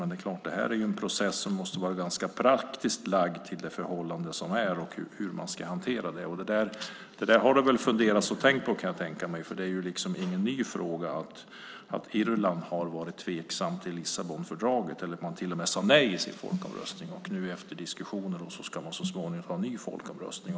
Det är klart att det här är en process som måste hanteras på ett ganska praktiskt sätt i förhållande till den situation som råder. Det där har det väl funderats och tänkts på, kan jag tänka mig. Det är ingen ny fråga att Irland har varit tveksamt till Lissabonfördraget. Man sade till och med nej i folkomröstningen. Efter diskussioner ska det så småningom bli en ny folkomröstning.